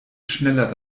schneller